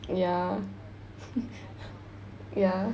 ya ya